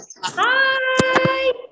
Hi